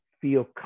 feel